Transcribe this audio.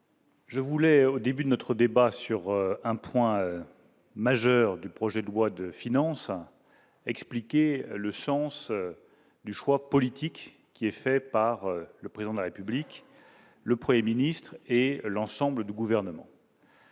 je souhaite, au début de notre débat sur un point majeur du projet de loi de finances pour 2018, expliquer le sens du choix politique fait par le Président de la République, le Premier ministre et l'ensemble du Gouvernement.